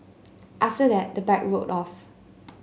after that the bike rode off